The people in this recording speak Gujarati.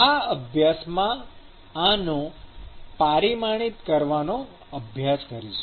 આ અભ્યાસક્રમમાં આપણે આનો પારિમાણિત કરવાનો અભ્યાસ પણ જોઈશું